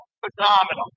phenomenal